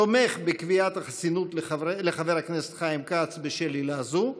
תומך בקביעת החסינות לחבר הכנסת חיים כץ בשל עילה זו,